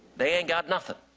they ain't got nothing.